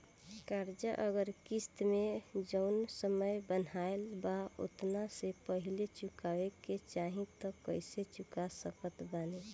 कर्जा अगर किश्त मे जऊन समय बनहाएल बा ओतना से पहिले चुकावे के चाहीं त कइसे चुका सकत बानी?